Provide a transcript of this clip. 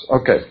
Okay